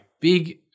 big